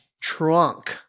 trunk